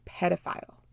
pedophile